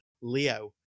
Leo